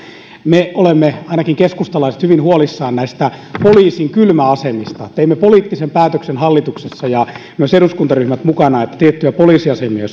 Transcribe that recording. me olemme ainakin keskustalaiset hyvin huolissamme näistä poliisin kylmäasemista teimme poliittisen päätöksen hallituksessa myös eduskuntaryhmät mukana että tiettyjä poliisiasemia